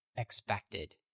expected